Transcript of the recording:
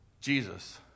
Jesus